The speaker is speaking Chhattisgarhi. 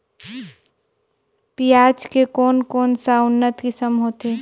पियाज के कोन कोन सा उन्नत किसम होथे?